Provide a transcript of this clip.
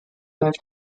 läuft